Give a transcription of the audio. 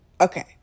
okay